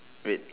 red